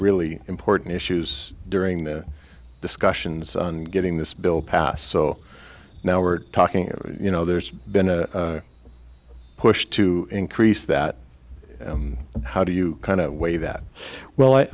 really important issues during the discussions on getting this bill passed so now we're talking you know there's been a push to increase that how do you kind of way that well i